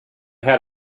had